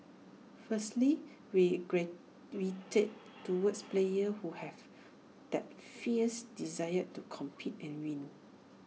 firstly we gravitate towards players who have that fierce desire to compete and win